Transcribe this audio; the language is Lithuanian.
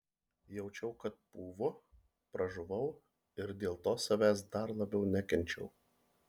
jaučiau kad pūvu pražuvau ir dėl to savęs dar labiau nekenčiau